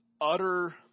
utter